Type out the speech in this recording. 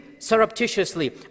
Surreptitiously